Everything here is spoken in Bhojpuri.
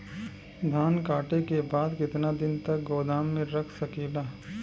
धान कांटेके बाद कितना दिन तक गोदाम में रख सकीला?